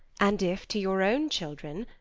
and if to your own children,